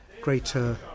greater